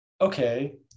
okay